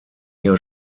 jahr